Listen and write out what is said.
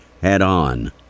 head-on